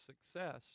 success